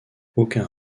aucun